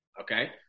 Okay